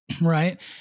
right